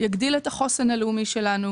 יגדיל את החוסן הלאומי שלנו,